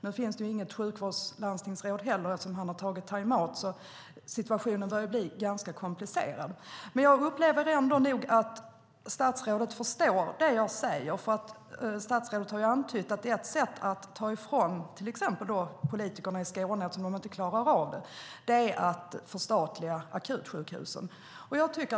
Nu finns det inte heller något sjukvårdslandstingsråd eftersom han har tagit timeout. Situationen börjar bli ganska komplicerad. Jag upplever ändå att statsrådet förstår det jag säger. Han har antytt att ett sätt att ta ifrån till exempel politikerna i Skåne ansvaret eftersom de inte klarar av det är att förstatliga akutsjukhusen.